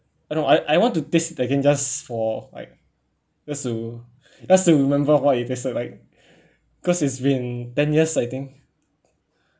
uh no I I want to taste it again just for like just to just to remember what it tasted like cause it's been ten years I think